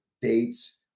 dates